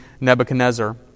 Nebuchadnezzar